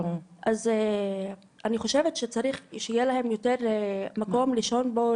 אני חושבת שצריך שיהיה להם מקום לישון בו,